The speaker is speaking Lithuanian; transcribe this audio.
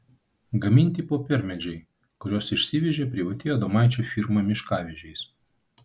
gaminti popiermedžiai kuriuos išsivežė privati adomaičio firma miškavežiais